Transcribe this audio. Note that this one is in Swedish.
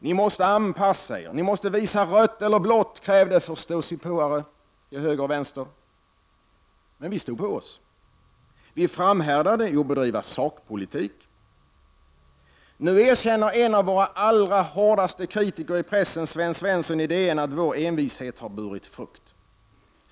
— Ni måste anpassa er, ni måste visa rött eller blått, krävde förståsigpåare till höger och vänster. — Men vi stod på oss. Vi framhärdade i att bedriva saxpolitik. Nu erkänner en av våra allra hårdaste kritiker i pressen, Sven Svensson i DN, att vår envishet har burit frukt.